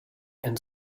and